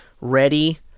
ready